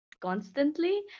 constantly